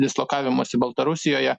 dislokavimusi baltarusijoje